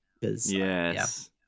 Yes